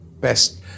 best